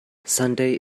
sunday